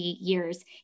years